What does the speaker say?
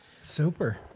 Super